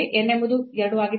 n ಎಂಬುದು 2 ಆಗಿದೆ